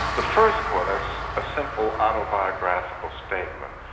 the first one is a simple autobiographical statement,